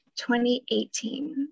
2018